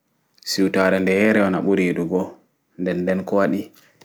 Siutaare nɗeyere on aɓuri yiɗugo nɗen nɗen kowaɗi